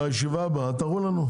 בישיבה הבאה תראו לנו.